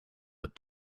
but